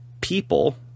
people